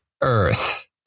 earth